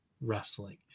wrestling